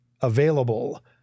available